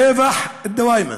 טבח דווימה.